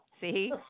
See